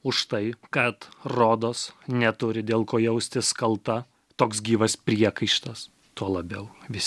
už tai kad rodos neturi dėl ko jaustis kalta toks gyvas priekaištas tuo labiau visiškai ne kaltas